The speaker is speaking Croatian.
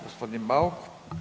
Gospodin Bauk.